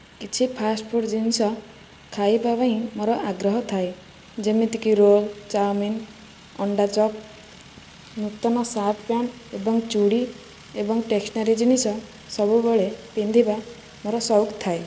କିଛି ଫାଷ୍ଟଫୁଡ଼ ଜିନିଷ ଖାଇବା ପାଇଁ ମୋର ଆଗ୍ରହ ଥାଏ ଯେମିତିକି ରୋଲ୍ ଚାଉମିନ୍ ଅଣ୍ଡା ଚପ ନୂତନ ସାର୍ଟପ୍ୟାଣ୍ଟ ଏବଂ ଚୁଡ଼ି ଏବଂ ଷ୍ଟେସନାରୀ ଜିନିଷ ସବୁବେଳେ ପିନ୍ଧିବା ମୋର ଶୌକ ଥାଏ